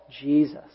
Jesus